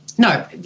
No